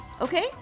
Okay